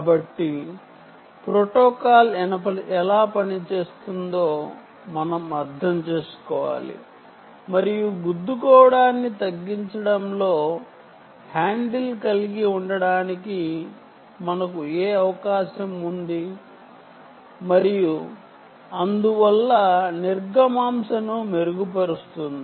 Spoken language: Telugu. కాబట్టి ప్రోటోకాల్ ఎలా పనిచేస్తుందో మనం అర్థం చేసుకోవాలి మరియు ఢీకోవడాన్ని నియంత్రించ కలిగి ఉండాలి తద్వారా మనకి త్తృపుట్ ని మెరుగుపరిచే అవకాశం ఉంటుంది